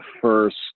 first